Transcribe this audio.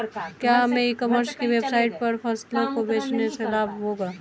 क्या हमें e commerce की वेबसाइट पर फसलों को बेचने से लाभ होगा?